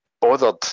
bothered